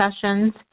sessions